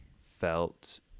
felt